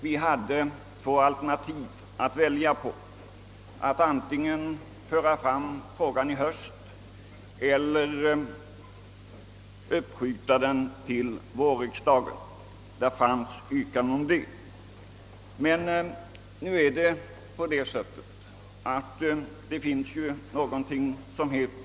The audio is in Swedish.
Vi hade två alternativ att välja emellan: att antingen föra fram frågan i höst eller uppskjuta dess behandling till vårriksdagen — det förelåg yrkanden om det senare. Men det skulle i så fall ha fördröjt ärendets behandling ganska mycket.